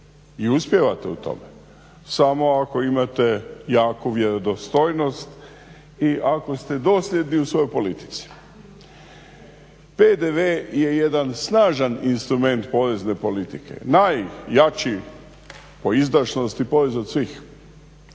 i uspijevate u tome. Samo ako imate jaku vjerodostojnost i ako ste dosljedni u svojoj politici. PDV je jedan snažan instrument porezne politike. Najjači po izdašnosti poreza od svih.